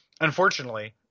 unfortunately